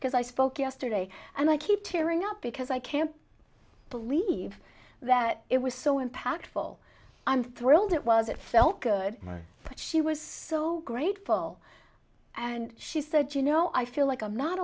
because i spoke yesterday and i keep tearing up because i can't believe that it was so impactful i'm thrilled it was it felt good but she was so grateful and she said you know i feel like i'm not